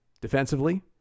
defensively